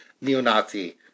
neo-Nazi